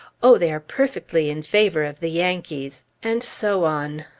oh, they are perfectly in favor of the yankees, and so on.